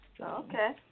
Okay